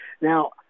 Now